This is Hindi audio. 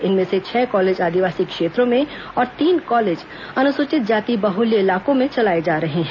इनमें में छह कॉलेज आदिवासी क्षेत्रों में और तीन कॉलेज अनुसूचित जाति बहल्य इलाकों में चलाए जा रहे हैं